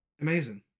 amazing